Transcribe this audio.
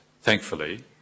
thankfully